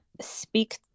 speak